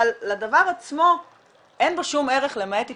אבל לדבר עצמו אין בו שום ערך למעט התמכרות,